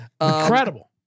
Incredible